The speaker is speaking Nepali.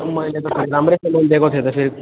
मैले त फेरि राम्रै सामान दिएको थिएँ त फेरि